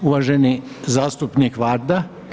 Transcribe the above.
Uvaženi zastupnik Varda.